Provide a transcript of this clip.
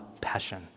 passion